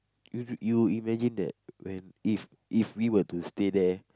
you you imagine that when if if we were to stay there